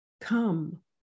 Come